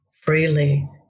freely